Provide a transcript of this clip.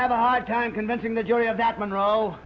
i had a hard time convincing the joining of that monroe